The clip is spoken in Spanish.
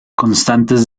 constantes